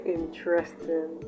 interesting